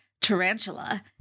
Tarantula